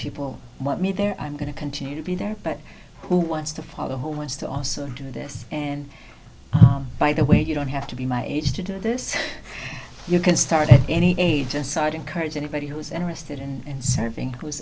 people want me there i'm going to continue to be there but who wants to follow who wants to also do this and by the way you don't have to be my age to do this you can start any age aside encourage anybody who's interested and surfing was